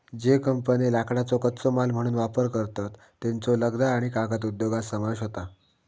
ज्ये कंपन्ये लाकडाचो कच्चो माल म्हणून वापर करतत, त्येंचो लगदा आणि कागद उद्योगात समावेश होता